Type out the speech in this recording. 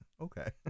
Okay